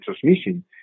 transmission